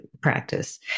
practice